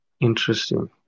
interesting